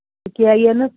ਕੇ ਆਈ ਹੈ ਨਾ